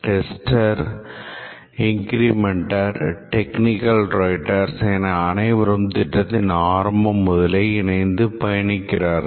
tester incrementer Technical Writers என அனைவரும் திட்டத்தின் ஆரம்பம் முதலே இணைந்து பயணிக்கிறார்கள்